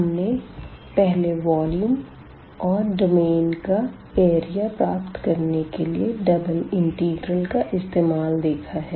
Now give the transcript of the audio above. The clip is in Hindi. हमने पहले आयतन और डोमेन का एरिया प्राप्त करने के लिए डबल इंटीग्रल का इस्तेमाल देखा है